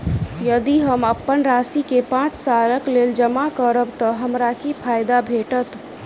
यदि हम अप्पन राशि केँ पांच सालक लेल जमा करब तऽ हमरा की फायदा भेटत?